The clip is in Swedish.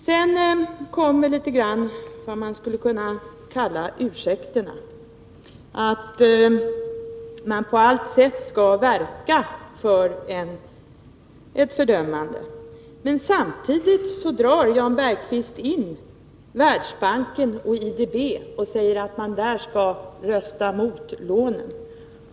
Tanförandet framfördes också det man skulle kunna kalla ursäkter, dvs. att man på allt sätt skall verka för ett fördömande. Men samtidigt drog Jan Bergqvist in Världsbanken och IDB i resonemanget och sade att man där skulle rösta emot i frågan om lånen.